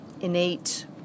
innate